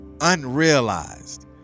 unrealized